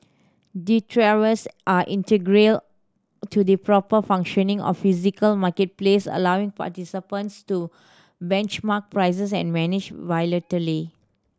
are integral to the proper functioning of physical marketplace allowing participants to benchmark prices and manage volatility